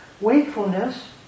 Wakefulness